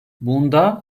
bunda